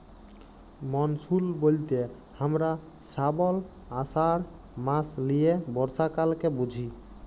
monsoon ব্যলতে হামরা শ্রাবল, আষাঢ় মাস লিয়ে বর্ষাকালকে বুঝি